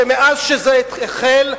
שמאז זה החל,